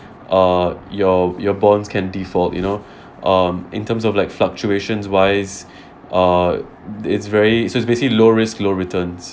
uh your your bonds can default you know um in terms of like fluctuations wise uh it's very so it's basically low risk low returns